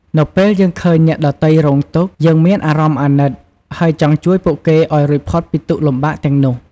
នៅពេលយើងឃើញអ្នកដទៃរងទុក្ខ យើងមានអារម្មណ៍អាណិត ហើយចង់ជួយពួកគេឱ្យរួចផុតពីទុក្ខលំបាកទាំងនោះ។